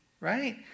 right